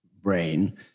brain